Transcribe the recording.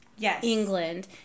England